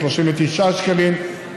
39 שקלים,